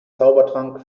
zaubertrank